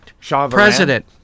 president